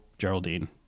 geraldine